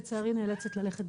לצערי אני נאלצת ללכת.